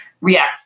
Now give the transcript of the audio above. react